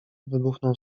wybuchnął